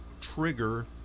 trigger